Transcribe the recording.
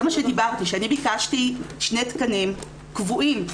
זה מה שדיברתי, שאני ביקשתי שני תקנים קבועים.